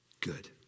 good